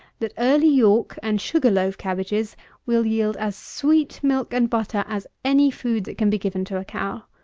that early york and sugar-loaf cabbages will yield as sweet milk and butter as any food that can be given to a cow.